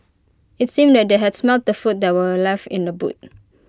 IT seemed that they had smelt the food that were left in the boot